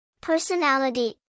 Personality